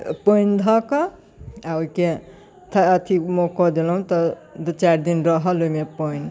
पानि धऽ कऽ आओर ओहिके थ अथी कऽ देलहुँ तऽ दुइ चारि दिन रहल ओहिमे पानि